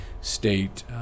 state